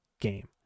game